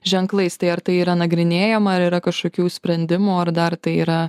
ženklais tai ar tai yra nagrinėjama ar yra kažkokių sprendimų ar dar tai yra